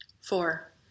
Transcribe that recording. Four